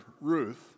Ruth